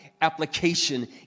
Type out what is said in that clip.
application